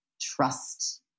trust